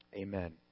Amen